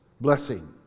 blessing